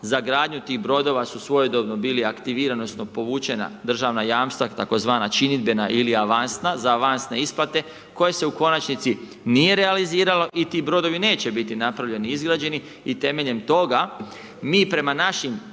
Za gradnju tih brodova su svojedobno bila aktivirana odnosno povučena državna jamstva tzv. činidbena ili avansna, za avansne isplate, koje se u konačnici nije realiziralo i ti brodovi neće biti napravljeni, izgrađeni i temeljem toga, mi prema našim